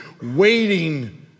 waiting